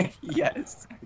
Yes